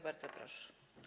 Bardzo proszę.